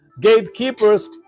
gatekeepers